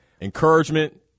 encouragement